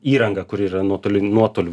įrangą kuri yra nuotolin nuotoliu